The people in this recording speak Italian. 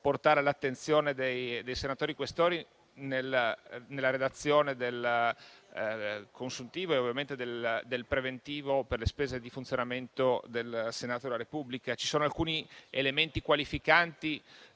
portare alla loro attenzione nella redazione del consuntivo e del preventivo per le spese di funzionamento del Senato della Repubblica. Ci sono alcuni elementi qualificanti